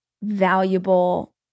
Valuable